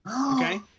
Okay